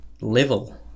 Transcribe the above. level